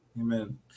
Amen